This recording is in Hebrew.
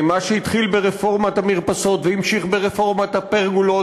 מה שהתחיל ברפורמת המרפסות והמשיך ברפורמת הפרגולות